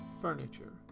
furniture